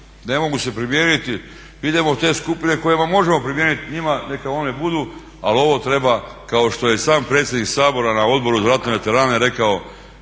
Ne mogu se primijeniti. Idemo u te skupine kojima možemo primijeniti, njima neka one budu, ali ovo treba kao što je i sam predsjednik Sabora na Odboru za ratne veterane rekao